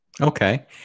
Okay